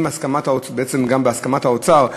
בעצם גם בהסכמת האוצר,